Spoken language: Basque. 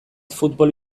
futbol